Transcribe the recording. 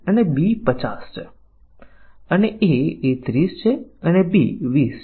અને કવરેજ આધારિત પરીક્ષણમાં આપણી પાસે લક્ષ્યાંકિત કરેલા વિશિષ્ટ પ્રોગ્રામ એલિમેંટના આધારે વિવિધ વ્યૂહરચનાઓ છે